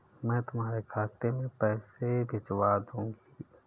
मैं तुम्हारे खाते में पैसे भिजवा दूँगी